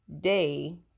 day